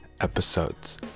episodes